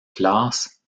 classe